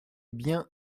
bien